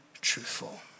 truthful